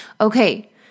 Okay